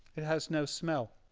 it has no smell